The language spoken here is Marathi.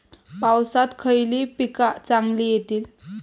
पावसात खयली पीका चांगली येतली?